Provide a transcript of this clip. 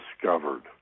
discovered